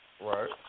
Right